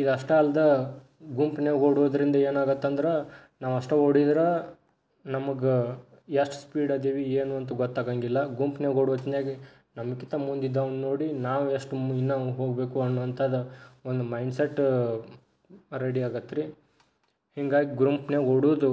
ಇದಷ್ಟೇ ಅಲ್ದೇ ಗುಂಪ್ನಾಗೆ ಓಡೋದ್ರಿಂದ ಏನಾಗತ್ತಂದ್ರೆ ನಾವು ಅಷ್ಟೇ ಓಡಿದ್ರೆ ನಮಗೆ ಎಷ್ಟ್ ಸ್ಪೀಡ್ ಇದ್ದೀವಿ ಏನು ಅಂತ ಗೊತ್ತಾಗಂಗಿಲ್ಲ ಗುಂಪ್ನಾಗೆ ಓಡೋತ್ನಾಗೆ ನಮ್ಗಿಂತ ಮುಂದಿದ್ದವ್ನ ನೋಡಿ ನಾವು ಎಷ್ಟು ಮು ಇನ್ನೂ ಹೋಗಬೇಕು ಅನ್ನುವಂಥದ್ದು ಒಂದು ಮೈಂಡ್ಸೆಟ್ಟ ರೆಡಿಯಾಗತ್ತೆ ರೀ ಹಿಂಗಾಗಿ ಗುಂಪ್ನ್ಯಾಗ ಓಡೋದು